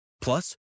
Plus